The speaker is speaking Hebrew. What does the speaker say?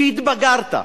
שהתבגרת,